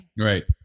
Right